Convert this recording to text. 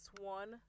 one